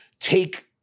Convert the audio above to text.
Take